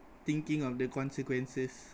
thinking of the consequences